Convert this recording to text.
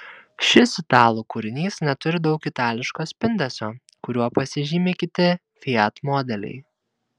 šis italų kūrinys neturi daug itališko spindesio kuriuo pasižymi kiti fiat modeliai